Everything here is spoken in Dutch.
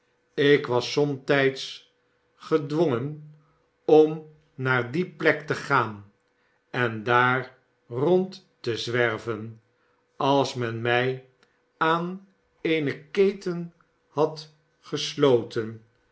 ik was somtijds gedwongen om naar die plek te gaan en daar rond te zwerven als men mij aan eene keten had gesloten